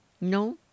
No